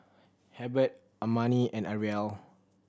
Hebert Amani and Arielle